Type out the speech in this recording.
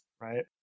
right